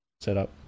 setup